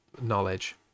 knowledge